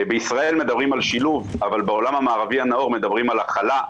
בישראל מדברים על שילוב אבל בעולם המערבי הנאור מדברים על הכלה.